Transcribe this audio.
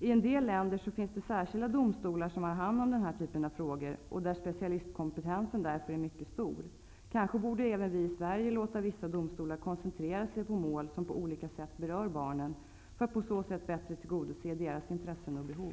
I vissa länder finns särskilda domstolar som handlägger dessa typer av frågor och där specialistkompetensen därför är mycket stor. Kanske borde även vi i Sverige låta vissa domstolar koncentrera sig på mål som på olika sätt berör barnen för att bättre kunna tillgodose deras intressen och behov.